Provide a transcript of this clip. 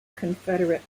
confederate